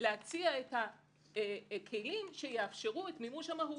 להציע את הכלים שיאפשרו את מימוש המהות.